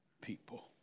people